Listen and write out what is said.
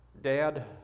Dad